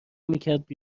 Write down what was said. میکرد